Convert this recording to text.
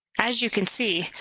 as you can see,